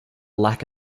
lack